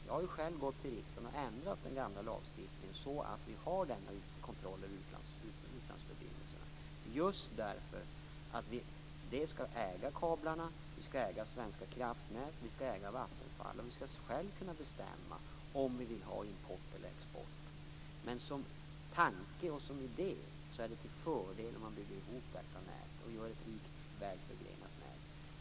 Jag har själv gått till riksdagen och ändrat den gamla lagstiftningen så att vi har denna kontroll över utlandsförbindelserna, just därför att vi skall äga kablarna, äga Svenska Kraftnät och äga Vattenfall. Vi skall själva kunna bestämma om vi vill ha import eller export. Som tanke och som idé är det en fördel om man bygger ihop detta nät och gör ett rikt, väl förgrenat nät.